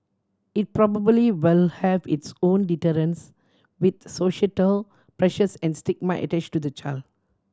it probably will have its own deterrents with societal pressures and stigma attached to the child